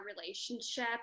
relationship